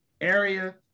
area